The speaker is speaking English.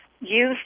use